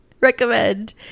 recommend